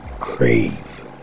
crave